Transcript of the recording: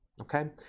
okay